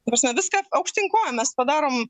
ta prasme viską aukštyn kojom mes padarom